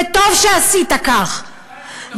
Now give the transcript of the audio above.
וטוב שעשית כך,